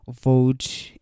vote